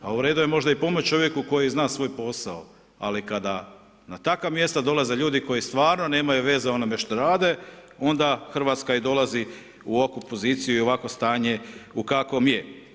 Pa u redu je možda i pomoć čovjeku koji zna svoj posao, ali kada na takva mjesta dolaze ljudi koji stvarno nemaju veze u onome što rade, onda Hrvatska i dolazi u ovakvu poziciju i ovakvo stanje u kakvom je.